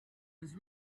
was